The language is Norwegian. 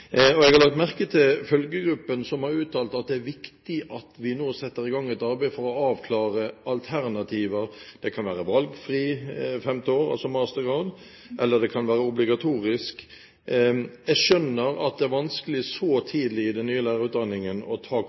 Jeg har lagt merke til følgegruppen, som har uttalt at det er viktig at vi nå setter i gang et arbeid for å avklare alternativer. Det kan være et valgfritt femte år, altså mastergrad, eller det kan være obligatorisk. Jeg skjønner at det er vanskelig så tidlig i den nye lærerutdanningen å